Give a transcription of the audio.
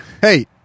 Hey